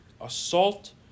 assault